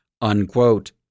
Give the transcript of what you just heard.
unquote